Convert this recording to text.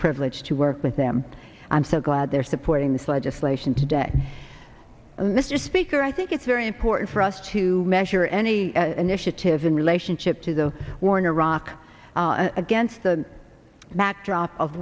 privilege to work with them i'm so glad they're supporting this legislation today mr speaker i think it's very important for us to measure any initiative in relationship to the war in iraq against the